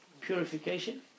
Purification